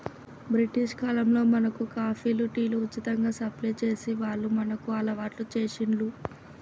British కాలంలో మనకు కాఫీలు, టీలు ఉచితంగా సప్లై చేసి వాళ్లు మనకు అలవాటు చేశిండ్లు